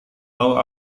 tahu